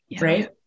right